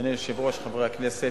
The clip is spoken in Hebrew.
אדוני היושב-ראש, חברי הכנסת,